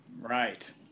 Right